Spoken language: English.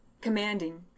commanding